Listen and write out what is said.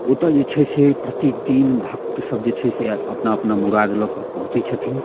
ओतऽ जे छै से प्रतिदिन भक्त सब जे छै से अपना अपना मुराद लऽ कऽ पहुँचै छथिन